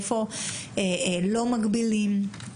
איפה לא מגבילים,